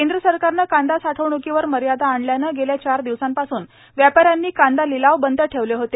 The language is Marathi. केंद्र सरकारनं कांदा साठवण्कीवर मर्यादा आणल्यानं गेल्या चार दिवसांपासून व्यापाऱ्यांनी कांदा लिलाव बंद ठेवले होते